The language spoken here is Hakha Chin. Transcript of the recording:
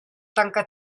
tangka